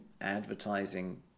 advertising